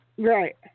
Right